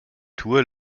tour